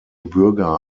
bürger